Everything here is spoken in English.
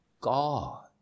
God